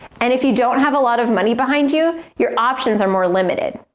and if you don't have a lot of money behind you, your options are more limited.